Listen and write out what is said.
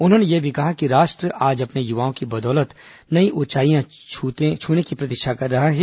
उन्होंने यह भी कहा कि राष्ट्र आज अपने युवाओं की बदौलत नई ऊंचाइयां छूने की प्रतीक्षा कर रहा है